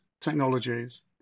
technologies